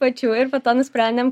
pačių ir po to nusprendėm